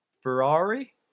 Ferrari